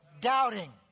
doubting